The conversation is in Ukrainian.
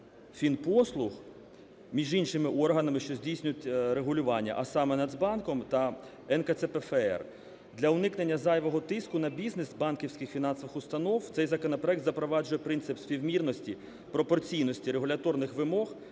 Нацфінпослуг між іншими органами, що здійснюють регулювання, а саме – Нацбанком та НКЦПФР. Для уникнення зайвого тиску на бізнес банківських фінансових установ цей законопроект запроваджує принцип співмірності, пропорційності регуляторних вимог